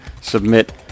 submit